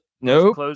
Nope